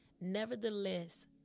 Nevertheless